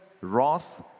wrath